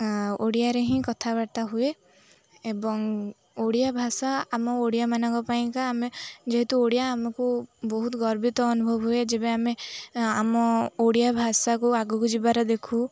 ଓଡ଼ିଆରେ ହିଁ କଥାବାର୍ତ୍ତା ହୁଏ ଏବଂ ଓଡ଼ିଆ ଭାଷା ଆମ ଓଡ଼ିଆମାନାନଙ୍କ ପାଇଁକା ଆମେ ଯେହେତୁ ଓଡ଼ିଆ ଆମକୁ ବହୁତ ଗର୍ବିତ ଅନୁଭବ ହୁଏ ଯେବେ ଆମେ ଆମ ଓଡ଼ିଆ ଭାଷାକୁ ଆଗକୁ ଯିବାର ଦେଖୁ